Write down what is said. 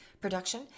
production